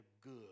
good